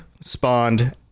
spawned